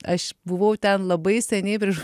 aš buvau ten labai seniai virš